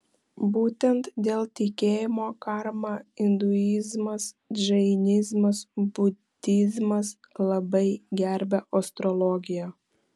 būtent dėl tikėjimo karma induizmas džainizmas budizmas labai gerbia astrologiją